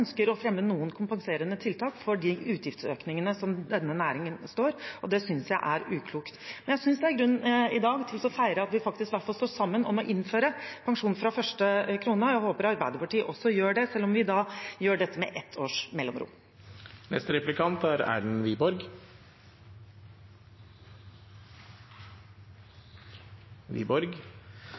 å fremme noen kompenserende tiltak for de utgiftsøkningene disse næringene får, og det synes jeg er uklokt. Men jeg synes det er grunn i dag til å feire at vi i hvert fall står sammen om å innføre pensjon fra første krone, og jeg håper Arbeiderpartiet også gjør det, selv om vi gjør dette med ett års mellomrom. Representanten Nordby Lunde har tidligere brukt ord som at det er